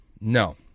no